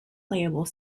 playable